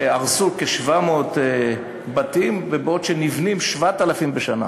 הרסו כ-700 בתים, בעוד שנבנים 7,000 בשנה.